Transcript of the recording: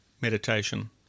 meditation